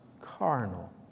carnal